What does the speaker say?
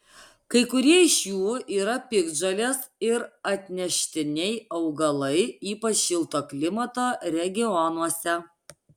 kai kurie iš jų yra piktžolės ir atneštiniai augalai ypač šilto klimato regionuose